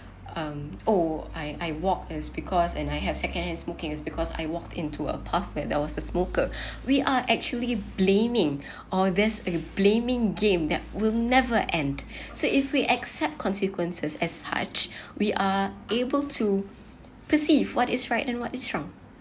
um oh I I walk as because and I have second hand smoking is because I walked into a pathway there was a smoker we are actually blaming or there's a blaming game that will never end so if we accept consequences as hug we are able to perceive what is right and what is wrong